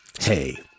Hey